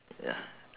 ya